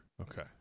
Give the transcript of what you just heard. Okay